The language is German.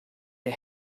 der